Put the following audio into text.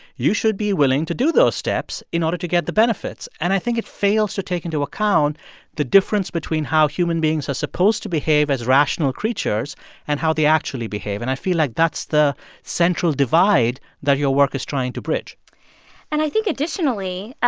you should be willing to do those steps in order to get the benefits. and i think it fails to take into account the difference between how human beings are supposed to behave as rational creatures and how they actually behave. and i feel like that's the central divide that your work is trying to bridge and i think, additionally,